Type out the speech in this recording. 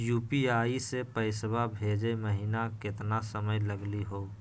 UPI स पैसवा भेजै महिना केतना समय लगही हो?